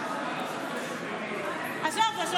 עזוב, עזוב.